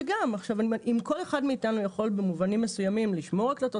אם כל מאתנו יכול במובנים מסוימים לשמור הקלטות,